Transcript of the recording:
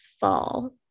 fall